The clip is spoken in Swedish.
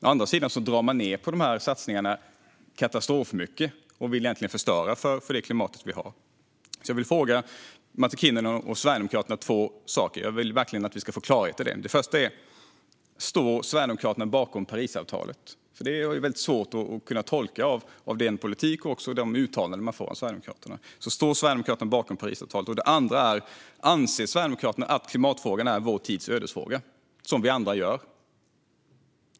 Å andra sidan drar de ned katastrofmycket på dessa satsningar och vill egentligen förstöra det klimat vi har. Jag vill fråga Martin Kinnunen och Sverigedemokraterna om två saker. Jag vill verkligen att vi ska få klarhet i detta. Den första frågan är: Står Sverigedemokraterna bakom Parisavtalet? Jag har nämligen väldigt svårt att tolka det av Sverigedemokraternas politik och de uttalanden man hör av Sverigedemokraterna. Står Sverigedemokraterna bakom Parisavtalet? Den andra frågan är: Anser Sverigedemokraterna att klimatfrågan är vår tids ödesfråga, som vi andra gör?